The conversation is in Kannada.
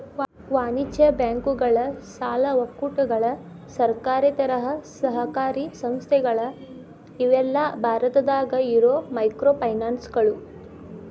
ವಾಣಿಜ್ಯ ಬ್ಯಾಂಕುಗಳ ಸಾಲ ಒಕ್ಕೂಟಗಳ ಸರ್ಕಾರೇತರ ಸಹಕಾರಿ ಸಂಸ್ಥೆಗಳ ಇವೆಲ್ಲಾ ಭಾರತದಾಗ ಇರೋ ಮೈಕ್ರೋಫೈನಾನ್ಸ್ಗಳು